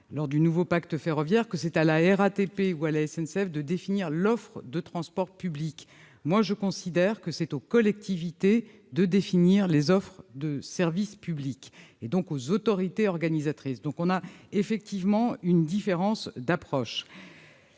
sur le nouveau pacte ferroviaire -, de définir l'offre de transports publics. Moi, je considère que c'est aux collectivités de définir les offres de service public, et donc aux autorités organisatrices. Nous avons donc effectivement une différence d'approche.